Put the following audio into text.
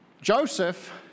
Joseph